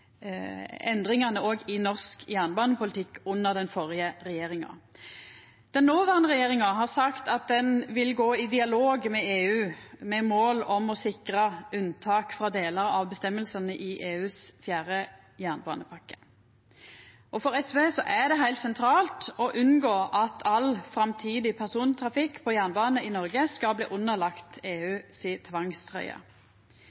endringane i norsk jernbanepolitikk under den førre regjeringa. Den noverande regjeringa har sagt at ein vil gå i dialog med EU med mål om å sikra unntak frå delar av bestemmingane i EUs fjerde jernbanepakke. For SV er det heilt sentralt å unngå at all framtidig persontrafikk på jernbane i Noreg skal bli underlagt